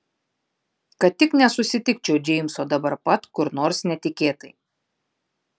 kad tik nesusitikčiau džeimso dabar pat kur nors netikėtai